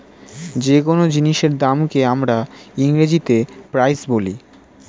যে কোন জিনিসের দামকে আমরা ইংরেজিতে প্রাইস বলি